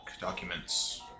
Documents